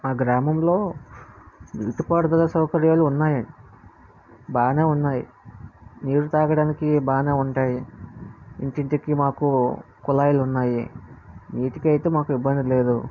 మా గ్రామంలో నీటిపారుదల సౌకర్యాలు ఉన్నాయి బాగా ఉన్నాయి నీరు తాగడానికి బాగా ఉంటాయి ఇంటి ఇంటికి మాకు కుళాయిలు ఉన్నాయి నీటికి అయితే మాకు ఇబ్బంది లేదు